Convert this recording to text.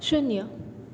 શૂન્ય